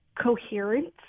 coherence